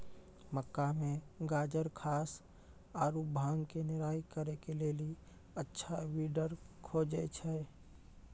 मक्का मे गाजरघास आरु भांग के निराई करे के लेली अच्छा वीडर खोजे छैय?